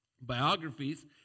biographies